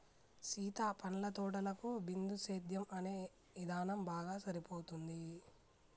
సీత పండ్ల తోటలకు బిందుసేద్యం అనే ఇధానం బాగా సరిపోతుంది